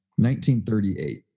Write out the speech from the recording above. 1938